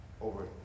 over